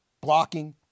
blocking